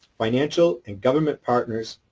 financial, and government partners,